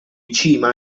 cima